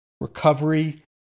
recovery